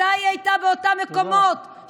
מתי היא הייתה באותם מקומות, תודה לך.